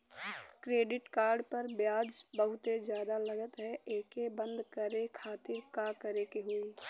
Credit card पर ब्याज बहुते ज्यादा लगत ह एके बंद करे खातिर का करे के होई?